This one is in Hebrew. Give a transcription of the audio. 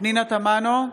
פנינה תמנו,